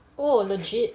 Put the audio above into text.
oh legit